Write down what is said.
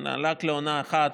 רק לעונה אחת,